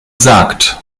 sagt